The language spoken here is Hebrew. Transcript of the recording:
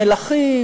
מלכים,